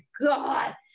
god